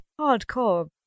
hardcore